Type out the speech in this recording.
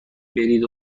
برید